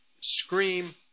scream